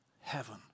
heaven